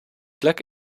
plek